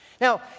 Now